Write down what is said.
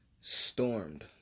stormed